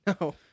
No